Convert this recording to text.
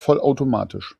vollautomatisch